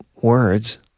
words